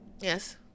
Yes